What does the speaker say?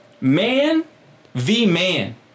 man-v-man